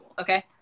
Okay